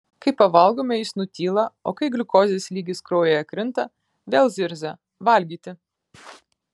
kai pavalgome jis nutyla o kai gliukozės lygis kraujyje krinta vėl zirzia valgyti